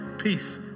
Peace